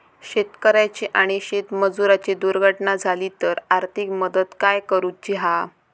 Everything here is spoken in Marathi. शेतकऱ्याची आणि शेतमजुराची दुर्घटना झाली तर आर्थिक मदत काय करूची हा?